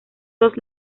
dos